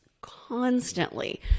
constantly